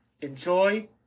enjoy